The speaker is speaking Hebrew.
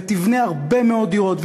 ותבנה הרבה מאוד דירות.